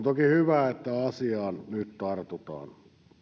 toki hyvä että asiaan nyt tartutaan